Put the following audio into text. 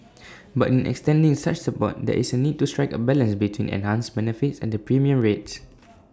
but in extending such support there is A need to strike A balance between enhanced benefits and the premium rates